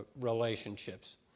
relationships